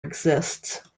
exists